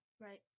Right